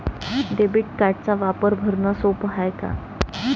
Debit कार्डचा वापर भरनं सोप हाय का?